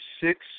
six